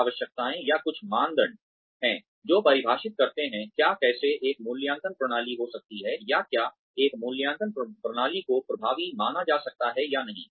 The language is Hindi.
कुछ आवश्यकताएं या कुछ मानदंड हैं जो परिभाषित करते हैं क्या कैसे एक मूल्यांकन प्रणाली हो सकती है या क्या एक मूल्यांकन प्रणाली को प्रभावी माना जा सकता है या नहीं